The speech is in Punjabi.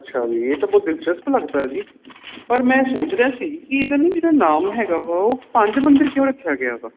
ਅੱਛਾ ਜੀ ਇਹ ਤਾਂ ਕੋਈ ਦਿਲਚਸਪ ਲੱਗਦਾ ਜੀ ਪਰ ਮੈਂ ਸੋਚ ਰਿਹਾ ਸੀ ਕਿ ਇਹਦਾ ਨਾ ਜਿਹੜਾ ਨਾਮ ਹੈਗਾ ਵਾ ਉਹ ਪੰਜ ਮੰਦਰ ਕਿਉਂ ਰੱਖਿਆ ਗਿਆ ਵਾ